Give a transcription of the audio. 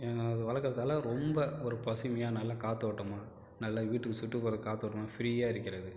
எங்கே வளர்க்கறதால ரொம்ப ஒரு பசுமையாக நல்லா காற்றோட்டமா நல்லா வீட்டுக்கு சுற்றுபுற காற்றோட்டமா ஃப்ரீயாக இருக்கிறது